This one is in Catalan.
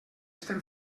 estem